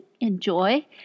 Enjoy